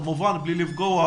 כמובן בלי לפגוע